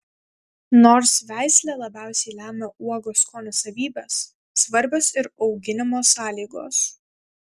nors veislė labiausiai lemia uogos skonio savybes svarbios ir auginimo sąlygos